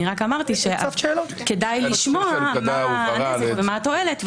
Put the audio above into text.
אני רק אמרתי שכדאי לשמוע מה הנזק ומה התועלת.